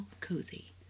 cozy